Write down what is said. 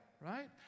right